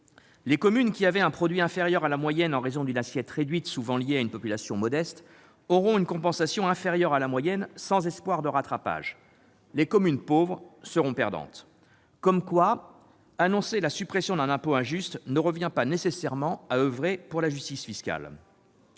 Les communes qui avaient un produit inférieur à la moyenne, en raison d'une assiette réduite souvent liée à une population modeste, recevront une compensation inférieure à la moyenne, sans espoir de rattrapage. Les communes pauvres seront donc perdantes. Ainsi, annoncer la suppression d'un impôt injuste ne revient pas à oeuvrer pour la justice fiscale